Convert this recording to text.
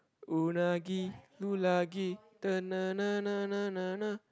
unagi